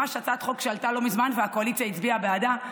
ממש הצעת חוק שעלתה לא מזמן והקואליציה הצביעה בעדה,